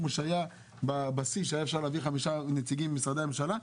כמו שהיה בשיא שהיה אפשר להביא חמישה נציגים ממשרדי הממשלה,